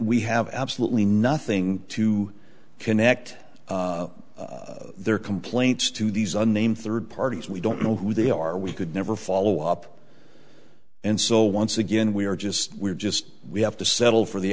we have absolutely nothing to connect their complaints to these unnamed third parties we don't know who they are we could never follow up and so once again we are just we're just we have to settle for the